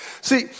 See